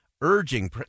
urging